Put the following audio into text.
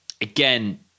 again